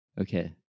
Okay